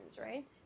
right